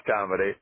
comedy